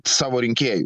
savo rinkėjui